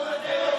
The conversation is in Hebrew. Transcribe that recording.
טרוריסטים.